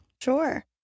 Sure